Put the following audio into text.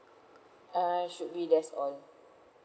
uh should be that's all